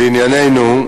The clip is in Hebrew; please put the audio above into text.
לענייננו,